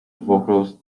vocals